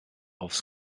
aufs